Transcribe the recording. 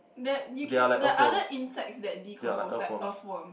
that you can that other insects that decompose like earthworm